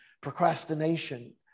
procrastination